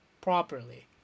properly